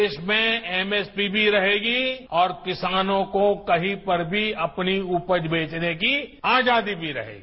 देश में एमएसपी भी रहेगी और किसानों को कहीं पर भी अपनी उपज बेचने की आजादी भी रहेगी